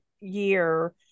year